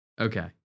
Okay